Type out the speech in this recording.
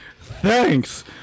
Thanks